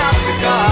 Africa